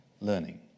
learning